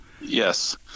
Yes